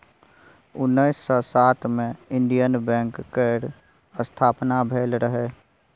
उन्नैस सय सात मे इंडियन बैंक केर स्थापना भेल रहय